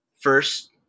First